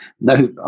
No